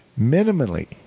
minimally